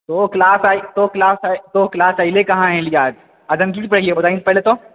आइ तो क्लास एलिहे कहाँ एलिहे आज आइ हम की बतेली बता पहिले तो